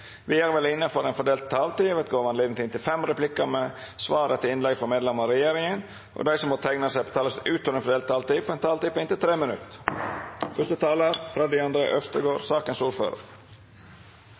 Vidare vil det – innanfor den fordelte taletida – vert gjeve anledning til inntil fem replikkar med svar etter innlegg frå medlemer av regjeringa, og dei som måtte teikna seg på talarlista utover den fordelte taletida, får ei taletid på inntil 3 minutt.